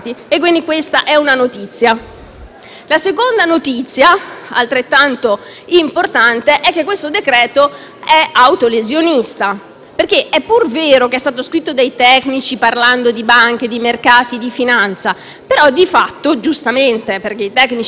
una seconda notizia altrettanto importante: questo decreto-legge è autolesionista. È pur vero che è stato scritto dai tecnici parlando di banche, di mercati e di finanza, però di fatto giustamente - perché i tecnici lo scrivono così - non si occupa